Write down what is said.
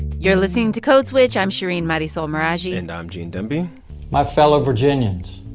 you're listening to code switch. i'm shereen marisol meraji and i'm gene demby my fellow virginians,